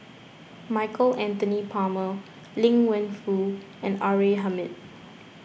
Michael Anthony Palmer Liang Wenfu and R A Hamid